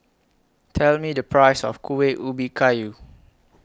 Tell Me The Price of Kuih Ubi Kayu